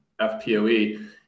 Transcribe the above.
FPOE